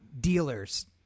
dealers